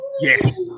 Yes